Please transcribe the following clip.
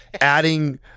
adding